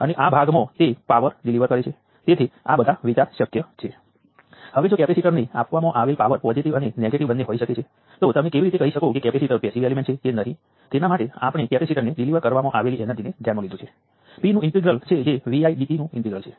તેથી વોલ્ટેજ સોર્સની જેમ કરંટ સોર્સ કાં તો પાવર ડીલીવર કરી શકે છે અથવા શોષી શકે છે તેથી જો તે પાવર ડીલીવર કરી શકે છે તો તે પેસિવ પણ નથી